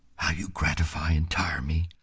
how you gratify and tire me!